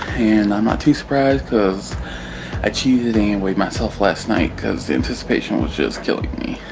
and i'm not too surprised, cause i cheated and weighed myself last night, cause the anticipation was just killing me.